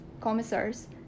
Commissars